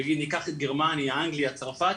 נגיד ניקח את גרמניה, אנגליה, צרפת,